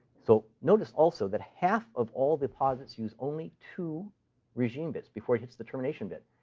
so notice, also, that half of all the posits use only two regime bits before it hits the termination bit.